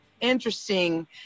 interesting